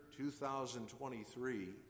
2023